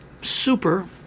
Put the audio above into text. super